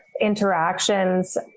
interactions